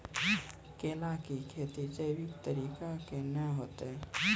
केला की खेती जैविक तरीका के ना होते?